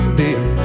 dear